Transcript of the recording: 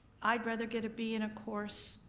i'd rather get a b in a course,